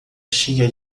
cheia